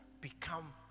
become